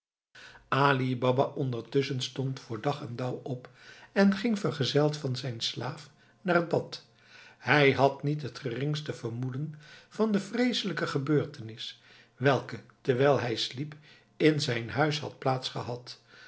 baba ondertusschen stond voor dag en dauw op en ging vergezeld van zijn slaaf naar het bad hij had niet het geringste vermoeden van de vreeselijke gebeurtenis welke terwijl hij sliep in zijn huis had